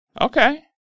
Okay